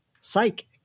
psychic